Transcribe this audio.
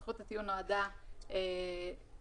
אנחנו עוסקים כאן במטריה שעיקרה בטיחות,